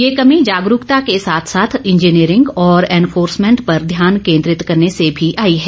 ये कमी जागरूकता के साथ साथ इंजीनियरिंग और एनफोर्समेंट पर ध्यान केंद्रित करने से भी आई है